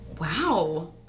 Wow